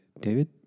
David